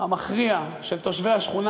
המכריע של תושבי השכונה,